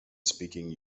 speaking